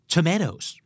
Tomatoes